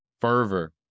fervor